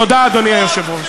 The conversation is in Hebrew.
תודה, אדוני היושב-ראש.